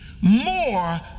more